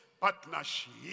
partnership